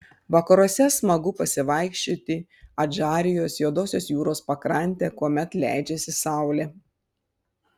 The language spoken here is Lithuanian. vakaruose smagu pasivaikščioti adžarijos juodosios jūros pakrante kuomet leidžiasi saulė